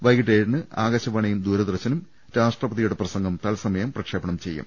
വൈകീട്ട് ഏഴിന് ആകാശവാണിയും ദൂരദർശനും രാഷ്ട്രപതിയുടെ പ്രസംഗം തൽസ മയം പ്രക്ഷേപണം ചെയ്യും